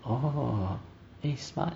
orh smart